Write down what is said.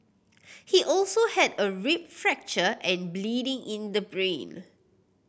he also had a rib fracture and bleeding in the brain